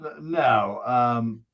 No